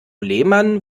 lehmann